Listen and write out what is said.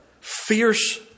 fierce